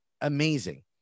amazing